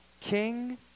king